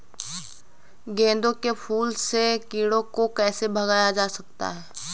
गेंदे के फूल से कीड़ों को कैसे भगाया जा सकता है?